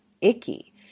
icky